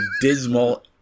dismal